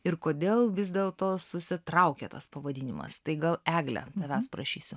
ir kodėl vis dėl to susitraukia tas pavadinimas tai gal egle tavęs prašysiu